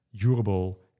durable